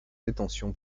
détention